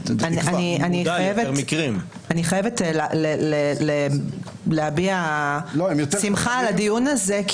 חייבת להביע שמחה על הדיון הזה,